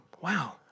wow